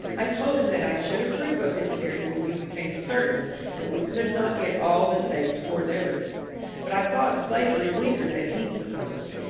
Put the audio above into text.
i told him that i should approve of his theory when we became certain that we could not get all the states for liberty but i thought slavery weaker than he supposed,